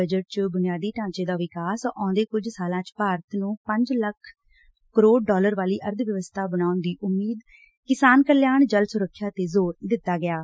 budget ਚ ਬੁਨਿਆਦੀ ਢਾਂਚੇ ਦਾ ਵਿਕਾਸ ਆਉਂਦੇ ਕੁਝ ਸਾਲਾਂ ਚ ਭਾਰਤ ਨੂੰ ਪੰਜ ਲੱਖ ਕਰੋਤ ਡਾਲਰ ਵਾਲੀ ਅਰਬਵਿਵਸਬਾ ਬਣਾਉਣ ਦੀ ਉਮੀਦ ਕਿਸਾਨ ਕਲਿਆਣ ਜਲ ਸੁਰੱਖਿਆ ਤੇ ਜ਼ੋਰ ਦਿਤਾ ਗਿਐ